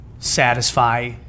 satisfy